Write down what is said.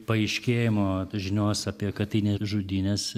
paaiškėjimo žinios apie katynės žudynes